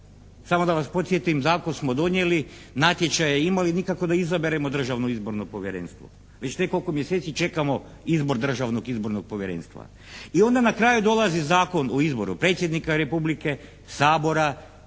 Samo da vas podsjetim, zakon smo donijeli, natječaje imali i nikako da izaberemo Državno izborno povjerenstvo. Već nekoliko mjeseci čekamo izbor Državnog izbornog povjerenstva. I onda na kraju dolazi Zakon o izboru Predsjednika Republike, Sabora,